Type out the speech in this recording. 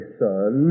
son